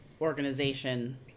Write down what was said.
organization